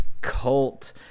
cult